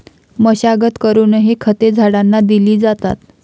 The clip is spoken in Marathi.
मशागत करूनही खते झाडांना दिली जातात